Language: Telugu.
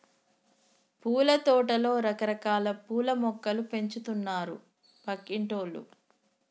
పూలతోటలో రకరకాల పూల మొక్కలు పెంచుతున్నారు పక్కింటోల్లు